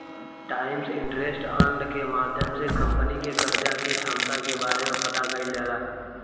times interest earned के माध्यम से कंपनी के कर्जा के क्षमता के बारे में पता कईल जाला